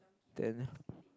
then